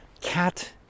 cat